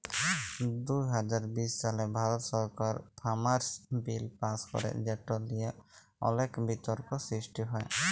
দু হাজার বিশ সালে ভারত সরকার ফার্মার্স বিল পাস্ ক্যরে যেট লিয়ে অলেক বিতর্ক সৃষ্টি হ্যয়